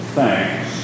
thanks